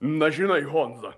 na žinai honza